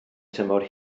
tymor